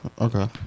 Okay